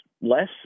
less